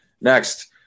Next